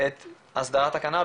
את הסדרת הקנאביס.